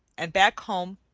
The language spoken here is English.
and back home,